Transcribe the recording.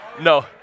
No